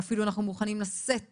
ואפילו אנחנו מוכניים לשאת